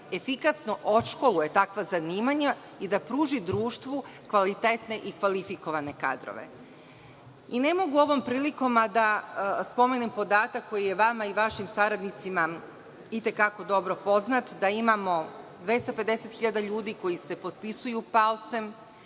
stvari efikasno odškoluje takva zanimanja i da pruži društvu kvalitetne i kvalifikovane kadrove. Ne mogu ovom prilikom a da ne spomenem podatak koji je vama i vašim saradnicima i te kako dobro poznat, da imamo 250.000 ljudi koji se potpisuju palcem,